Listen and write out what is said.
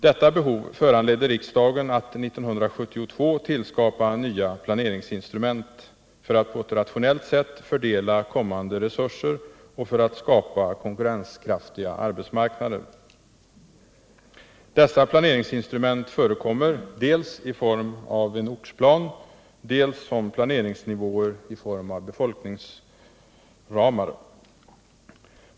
Detta behov föranledde riksdagen att 1972 tillskapa nya planeringsinstrument — för att på ett rationellt sätt fördela tillkommande resurser och för att skapa konkurrenskraftiga arbetsmarknader. Dessa planeringsinstrument förekommer dels i form av en ortsplan, dels som planeringsnivåer i form av befolkningsramar.